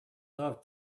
loved